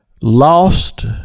lost